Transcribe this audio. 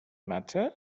matter